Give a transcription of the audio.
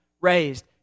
raised